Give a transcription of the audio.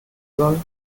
soll